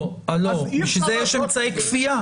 אז לא, בשביל זה יש אמצעי כפייה.